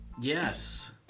Yes